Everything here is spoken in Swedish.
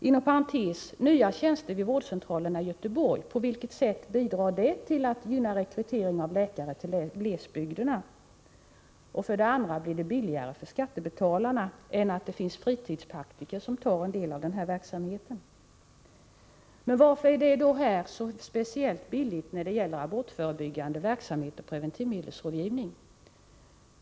Inom parentes: Om man får nya tjänster inom vårdcentralerna i Göteborg, på vilket sätt bidrar det till att gynna rekryteringen av läkare till glesbygderna? Och blir det billigare för skattebetalarna än att det finns fritidspraktiker som tar en del av en här verksamheten? Men varför är då det här systemet så speciellt viktigt när det gäller abortförebyggande verksamhet och preventivmedelsrådgivning?